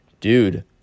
dude